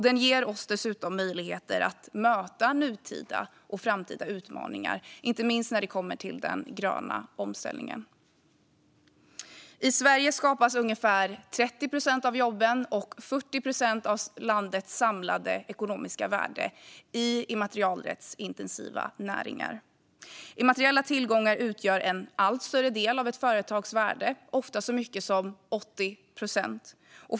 Den ger oss dessutom möjligheter att möta nutida och framtida utmaningar, inte minst när det gäller den gröna omställningen. I Sverige skapas ungefär 30 procent av jobben och 40 procent av landets samlade ekonomiska värde i immaterialrättsintensiva näringar. Immateriella tillgångar utgör en allt större del av ett företags värde, ofta så mycket som 80 procent.